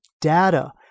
data